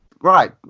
Right